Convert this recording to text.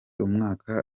umwaka